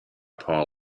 paul